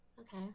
okay